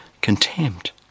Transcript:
contempt